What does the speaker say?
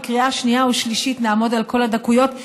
בקריאה שנייה ושלישית נעמוד על כל הדקויות.